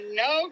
no